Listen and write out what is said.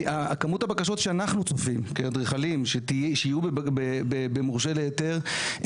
כי כמות הבקשות שאנחנו צופים כאדריכלים שיהיו במורשה להיתר,